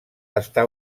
està